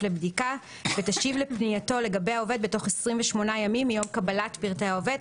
לבדיקה ותשיב לפנייתו לגבי העובד בתוך 28 מיום קבלת פרטי העובד.